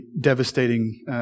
devastating